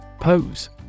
Pose